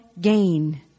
gain